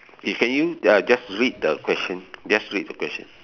eh can you uh just read the question just read the question